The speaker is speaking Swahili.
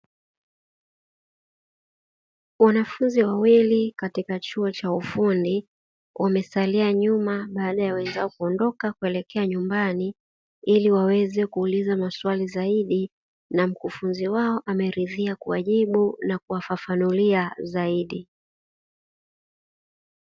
Wanafunzi wawili katika chuo cha ufundi, wamesalia nyuma baada ya wenzao kuondoka kuelekea nyumbani, ili waweze kuuliza maswali zaidi na mkufunzi wao ameridhia kuwajibu na kuwafafanulia zaidi.